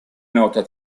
nota